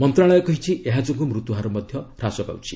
ମନ୍ତ୍ରଣାଳୟ କହିଛି ଏହାଯୋଗୁଁ ମୃତ୍ୟୁହାର ମଧ୍ୟ ହ୍ରାସ ପାଉଛି